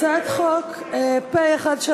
הצעת חוק פ/1358/19,